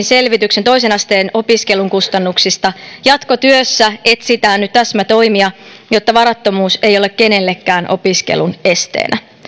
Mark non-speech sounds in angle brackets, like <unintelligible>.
<unintelligible> selvityksen toisen asteen opiskelun kustannuksista jatkotyössä etsitään nyt täsmätoimia jotta varattomuus ei ole kenellekään opiskelun esteenä